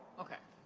okay.